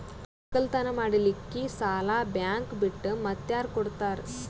ಒಕ್ಕಲತನ ಮಾಡಲಿಕ್ಕಿ ಸಾಲಾ ಬ್ಯಾಂಕ ಬಿಟ್ಟ ಮಾತ್ಯಾರ ಕೊಡತಾರ?